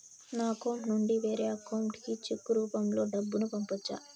నా అకౌంట్ నుండి వేరే అకౌంట్ కి చెక్కు రూపం లో డబ్బును పంపొచ్చా?